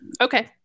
Okay